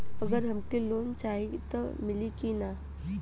अगर हमके लोन चाही त मिली की ना?